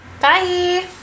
Bye